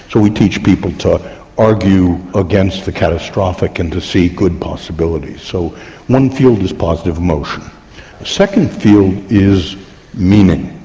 so we teach people to argue against the catastrophic and to see good possibilities so one field is positive emotion. the second field is meaning.